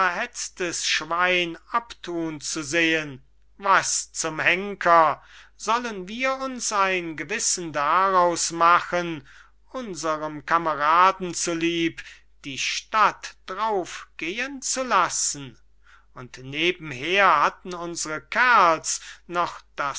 schwein abthun zu sehen was zum henker sollen wir uns ein gewissen daraus machen unserem kameraden zulieb die stadt drauf gehen zu lassen und neben her hatten unsere kerls noch